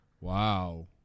Wow